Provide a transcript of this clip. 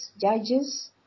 judges